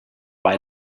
bei